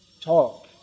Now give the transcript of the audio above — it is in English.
talk